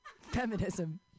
feminism